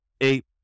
Eight